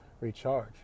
recharge